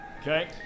okay